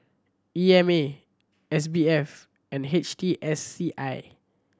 E M A S B F and H T S C I